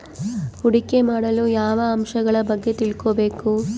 ಹೂಡಿಕೆ ಮಾಡಲು ಯಾವ ಅಂಶಗಳ ಬಗ್ಗೆ ತಿಳ್ಕೊಬೇಕು?